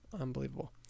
Unbelievable